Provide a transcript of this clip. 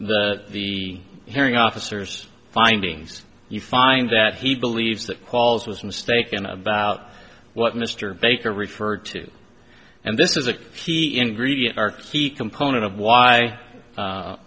the the hearing officers findings you find that he believes that qualls was mistaken about what mr baker referred to and this is a he ingredient artsy component of why